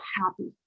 happy